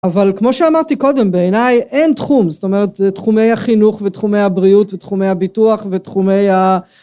אבל כמו שאמרתי קודם בעיניי אין תחום זאת אומרת זה תחומי החינוך ותחומי הבריאות ותחומי הביטוח ותחומי ה...